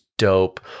dope